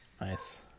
Nice